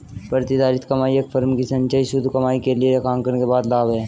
प्रतिधारित कमाई एक फर्म की संचयी शुद्ध कमाई के लिए लेखांकन के बाद लाभ है